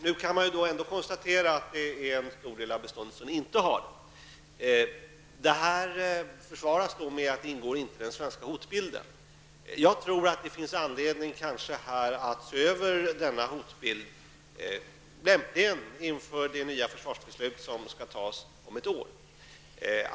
Nu kan man emellertid konstatera att många inte har något skydd. Det försvaras med att det inte ingår i den svenska hotbilden. Jag tror att det kan finnas anledning att se över denna hotbild, lämpligen inför det nya försvarsbeslut som skall fattas om ett år.